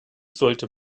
sollte